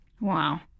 Wow